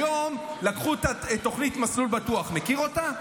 היום לקחו את תוכנית מסלול בטוח, מכיר אותה?